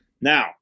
now